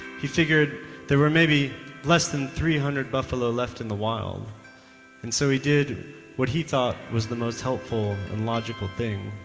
he figured there were maybe less than three hundred buffalo left in the wild and so, he did what he thought was the most helpful and logical thing.